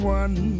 one